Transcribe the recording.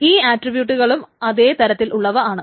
ഈ ആട്രിബ്യൂട്ട്കളും അതേ തരത്തിലുള്ളവയാണ്